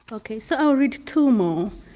okay, so i'll read two more.